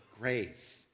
grace